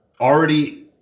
already